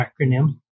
acronym